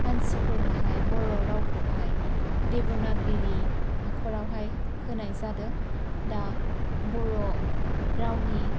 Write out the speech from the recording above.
मानसिफोरनावहाय बर' रावखौहाय देवनागरि आखरावहाय होनाय जादों दा बर' रावनि